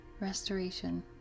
restoration